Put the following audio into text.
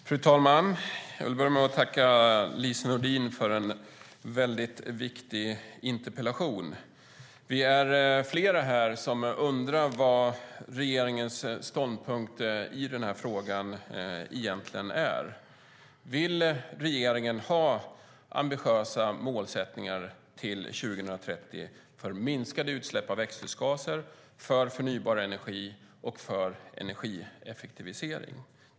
Fru talman! Jag vill börja med att tacka Lise Nordin för en väldigt viktig interpellation. Vi är flera här som undrar vad regeringens ståndpunkt i den här frågan egentligen är. Vill regeringen ha ambitiösa målsättningar till 2030 för minskade utsläpp av växthusgaser, för förnybar energi och för energieffektivisering?